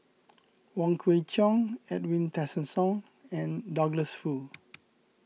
Wong Kwei Cheong Edwin Tessensohn and Douglas Foo